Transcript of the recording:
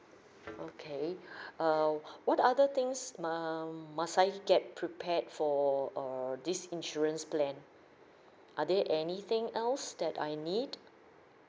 okay err what other things ma~ must I get prepared for err this insurance plan are there anything else that I need